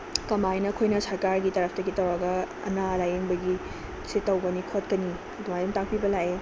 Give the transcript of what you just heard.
ꯀꯃꯥꯏꯅ ꯑꯩꯈꯣꯏꯅ ꯁꯔꯀꯥꯔꯒꯤ ꯇꯔꯞꯇꯒꯤ ꯇꯧꯔꯒ ꯑꯅꯥ ꯂꯥꯏꯌꯦꯡꯕꯒꯤ ꯁꯤ ꯇꯧꯒꯅꯤ ꯈꯣꯠꯀꯅꯤ ꯑꯗꯨꯃꯥꯏꯑꯣ ꯇꯥꯛꯄꯤꯕ ꯂꯥꯛꯑꯦ